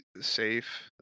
safe